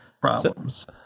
problems